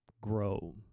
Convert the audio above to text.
grow